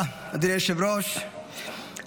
3349, 3353 ו-3358.